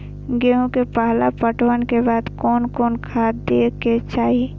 गेहूं के पहला पटवन के बाद कोन कौन खाद दे के चाहिए?